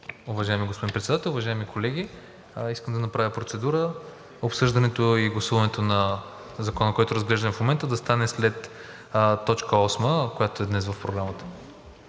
Уважаеми господин Председател, уважаеми колеги! Искам да направя процедура обсъждането и гласуването на Законопроекта, който разглеждаме в момента, да стане след точка осма, която е в Програмата